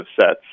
sets